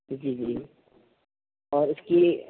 جی جی اور اس کی